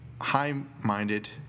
high-minded